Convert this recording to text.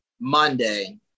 Monday